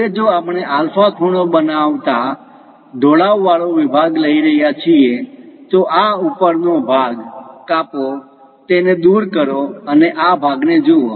હવે જો આપણે આલ્ફા ખૂણો બનાવતા ઢોળાવવાળો વિભાગ લઈ રહ્યા છીએ તો આ ઉપરનો ભાગ કાપો તેને દૂર કરો અને આ ભાગને જુઓ